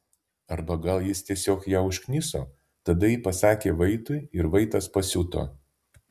arba gal jis tiesiog ją užkniso tada ji pasakė vaitui ir vaitas pasiuto